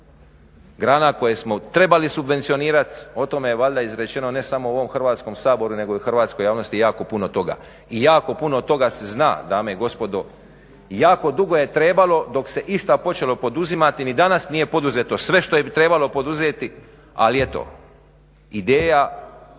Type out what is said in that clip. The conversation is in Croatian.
grana koje smo trebali subvencionirati. O tome je valjda izrečeno ne samo u ovom Hrvatskom saboru nego i hrvatskoj javnosti jako puno toga i jako puno toga se zna dame i gospodo i jako dugo je trebalo dok se išta počelo poduzimati. Ni danas nije poduzeto sve što je trebalo poduzeti, ali eto. Ideja